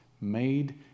made